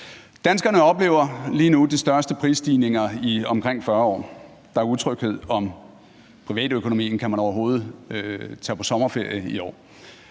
Danskerne oplever lige nu de største prisstigninger i omkring 40 år. Der er utryghed ved privatøkonomien og tvivl om, hvorvidt man overhovedet kan tage på sommerferie i år.